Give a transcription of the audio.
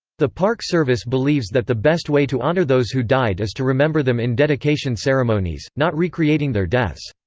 the park service believes that the best way to honor those who died is to remember them in dedication ceremonies, not recreating their deaths.